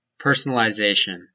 Personalization